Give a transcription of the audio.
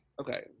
Okay